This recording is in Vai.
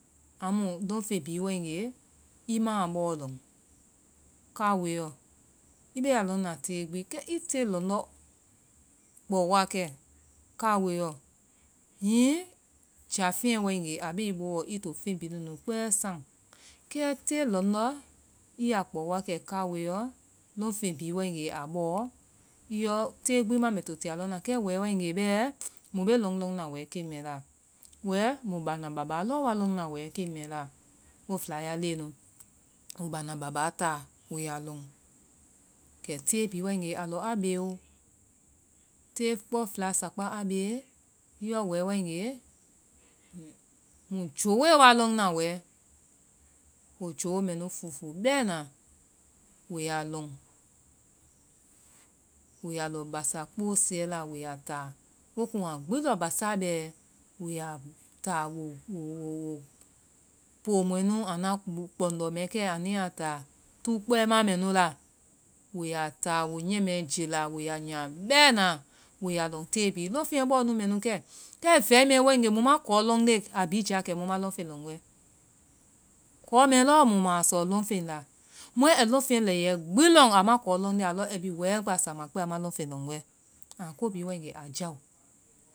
Amu lɔŋfen bihi waegee, i maa bɔɔ lɔ. kaoe ɔ i beea lɔnna tee gbi kɛ i tee lɔndɔ kpawowa kɛ kawoe yɔ. hini jafenɛ waegee a bee i booɔ. i ta feŋ bihi nunu kpɛɛ san. kɛ tee lɔndɔ, i yaa kpao wa kɛ kawoe yɔ. lɔŋfen bihi waegee a bɔɔ, yɔ tee gbi maa mbɛ to ti a lɔnna, kɛ wɛɛ wargee mu bee lɔn ɔnna wɛɛ key mɛɛ laa, wɛɛ, mui baana baba wa lɔɔ wa lɔnna wɛɛ ken mɛɛ laa wo fɛlaya lenɛnu woi baana baba taa waiyaa lɔ, kɛ tee bihi waegee alɔ a beeo, tee kpɔ fɛla, sakpa aa bee, yɔ wɛɛ waegee, mu-mui joowoe wa lɔnna wɛɛ, woi joo mɛnu fuufuu bɛɛna, woyaa lɔ. Wo yaa lɔ basa kpoosiyɛ la woyaa taa, wo kun a gbi lɔ basaa bɛɛ, woyaa taa wo-wowawo, poo mɔɛ nu anua kpɔndɔ mɛɛ kɛ anuyaa taa tuu kpɛima mɛɛ ŋu la. woyaa taa, woi nyiɛ mɛɛ jela, wo yaa nyia bɛɛna woyaa lɔn tee bihi. lɔn feŋɛ bɔɔ nu mɛnu kɛ, kɛ vɛi mɔɛ waegee, mu ma kɔɔ lɔndee, mu ja kɛ muma lɔnfen lɔn wɛ, kɔɔ mɛɛ lɔɔ mu mua sɔ lɔnfen la. mɔɛ ai lɔn frnŋɛ lɛiylɛ gbi lɔn a ma kɔɔ lɔndee, a lɔ ai bi wɛɛ gba saama kpɛya, a ma lɔnfen lɔn wɛ, aŋaa ko bihi waegee a jawo.